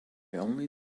only